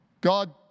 God